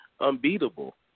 unbeatable